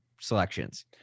selections